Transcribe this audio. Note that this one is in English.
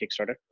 Kickstarter